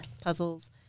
puzzles